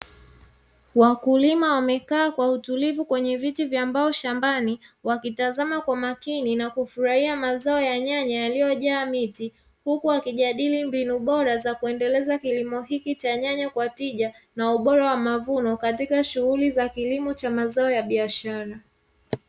Wakulima wamekaa kwa utulivu kwenye viti vya mbao shambani, wakitazama kwa makini na kufurahia mazao ya nyanya yaliyojaa miti huku akijadili mbinu bora za kuendeleza kilimo hiki cha nyanya kwa tija, na ubora wa mavuno katika shughuli za kilimo cha mazao ya biashara.